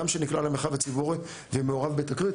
אדם שנקלע למרחב הציבורי ומעורב בתקרית,